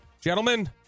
gentlemen